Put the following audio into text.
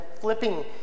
flipping